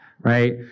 right